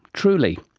truly.